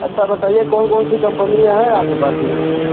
अच्छा बताइए कौन कौन सी कंपनियाँ है आपके पास सीमेंट की